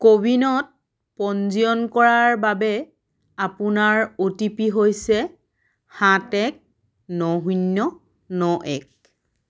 কোৱিনত পঞ্জীয়ন কৰাৰ বাবে আপোনাৰ অ' টি পি হৈছে ন শূন্য ন এক